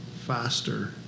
faster